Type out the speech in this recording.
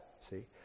See